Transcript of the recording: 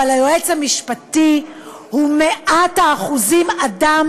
אבל היועץ המשפטי הוא במאת האחוזים אדם